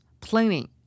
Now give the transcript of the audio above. planning